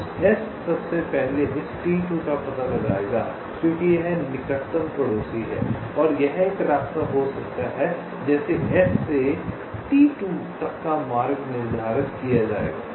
तो S सबसे पहले इस T2 का पता लगाएगा क्योंकि यह निकटतम पड़ोसी है और यह एक रास्ता हो सकता है जैसे S से T2 तक का मार्ग निर्धारित किया जाएगा